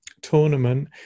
tournament